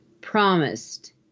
promised